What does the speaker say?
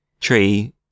tree